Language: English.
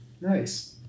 Nice